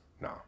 no